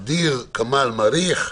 ע'דיר כמאל מריח,